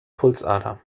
pulsader